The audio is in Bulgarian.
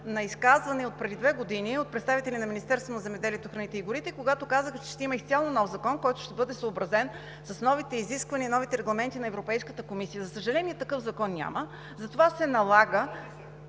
на изказване отпреди две години от представители на Министерството на земеделието, храните и горите, когато казаха, че ще има изцяло нов закон, който ще бъде съобразен с новите изисквания и новите регламенти на Европейската комисия. За съжаление, такъв закон няма, затова се налага…